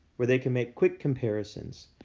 where they can make quick comparisons.